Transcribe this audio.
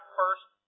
first